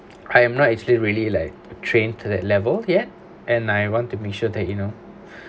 I am not actually really like train to that level yet and I want to be sure that you know